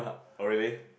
oh really